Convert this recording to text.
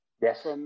Yes